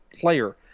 player